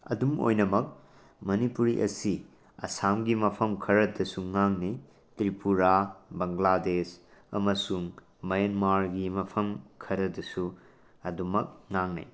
ꯑꯗꯨꯝ ꯑꯣꯏꯅꯃꯛ ꯃꯅꯤꯄꯨꯔꯤ ꯑꯁꯤ ꯑꯁꯥꯝꯒꯤ ꯃꯐꯝ ꯈꯔꯗꯁꯨ ꯉꯥꯡꯅꯩ ꯇ꯭ꯔꯤꯄꯨꯔꯥ ꯕꯪꯒ꯭ꯂꯥꯗꯦꯁ ꯑꯃꯁꯨꯡ ꯃꯌꯦꯟꯃꯥꯔꯒꯤ ꯃꯐꯝ ꯈꯔꯗꯁꯨ ꯑꯗꯨꯝꯃꯛ ꯉꯥꯡꯅꯩ